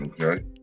Okay